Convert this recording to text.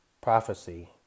prophecy